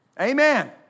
Amen